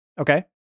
Okay